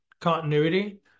continuity